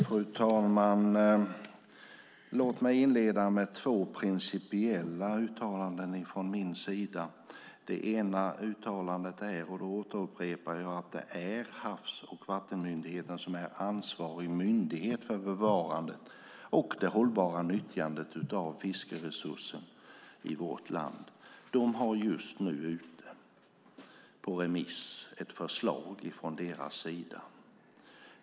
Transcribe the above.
Fru talman! Låt mig inleda med två principiella uttalanden från min sida. Det ena uttalandet är - och då upprepar jag mig - att det är Havs och vattenmyndigheten som är ansvarig myndighet för bevarandet och det hållbara nyttjandet av fiskeresursen i vårt land. De har just nu ute på remiss ett förslag från sin sida.